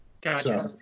Gotcha